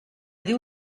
diu